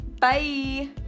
Bye